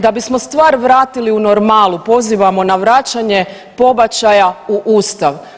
Da bismo stvar vratili u normalu pozivamo na vraćanje pobačaj u Ustav.